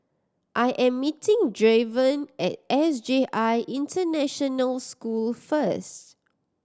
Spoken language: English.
I am meeting Draven at S J I International School first